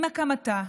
עם הקמתה,